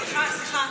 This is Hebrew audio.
סליחה, סליחה.